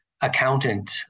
accountant